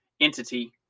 entity